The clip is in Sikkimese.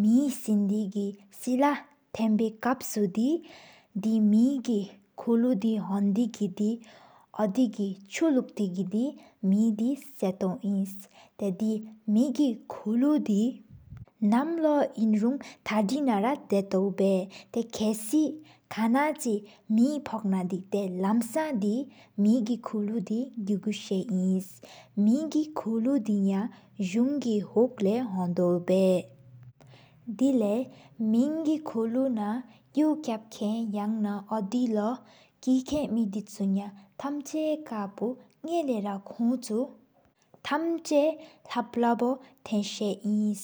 མེ་སེན་དི་གེ་སེ་ལ་ཐེནཔོཨི་ཀབ་ཨཽ་དེ། དེ་མེ་གི་ཁོལོ་དི་ཧོན་དེ་གི་དེ་ཨོདི། ཆུ་ལུཀཏེ་གི་མེ་དེ་སཏོ་ཨིན། ཏཡ་མེ་གི་ཁུལོ་དི་ནམ་ར་ཨུན་རུང། ཐདི་ན་ར་དཏོཝ་བཡ་ཏཡ་ཀསི་ཁན་དི། མེ་ཕི༹ཀ་ན་དེ་ལམས་དེ་མེ་གི་ཁུལོ་དི་གུགོ། མེ་གི་ཁུལོ་དི་ཡ་ཟུང་གི་ཧོལ་ལོ་ཧོནདོ་བཡ། དེ་ལཡ་མེ་གི་ཁོལོ་ན་ཡུཀ་ཀབཀེན། ཡང་ན་ཨོདི་ལོ་ཀེཀེན་དིཆུ་ཐམ་ཆན་ཀཔོ། ཉེམ་ལཡ་ར་ཐམཆ་ལྷབ་ལྷབ་བོ་ཏེནས་ཨིན།